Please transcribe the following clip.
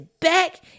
back